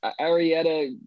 Arietta